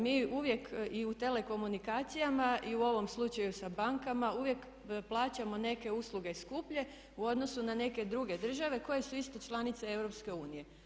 Mi uvijek i u telekomunikacijama i u ovom slučaju sa bankama uvijek plaćamo neke usluge skuplje u odnosu na neke druge države koje su isto članice EU.